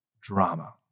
drama